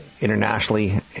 internationally